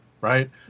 right